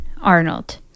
Arnold